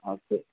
okay